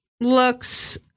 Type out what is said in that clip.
looks